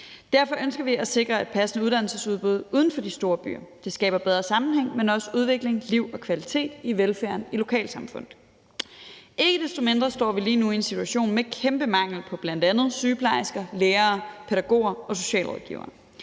Derfor ønsker vi at sikre et passende uddannelsesudbud uden for de store byer. Det skaber bedre sammenhæng, men også udvikling, liv og kvalitet i velfærden i lokalsamfundet. Ikke desto mindre står vi lige nu i en situation med kæmpe mangel på bl.a. sygeplejersker, lærere, pædagoger og socialrådgivere.